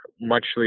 muchly